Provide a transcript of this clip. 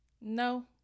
No